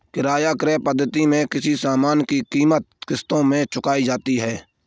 किराया क्रय पद्धति में किसी सामान की कीमत किश्तों में चुकाई जाती है